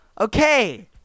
Okay